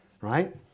Right